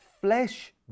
flesh